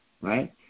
right